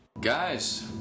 Guys